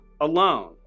alone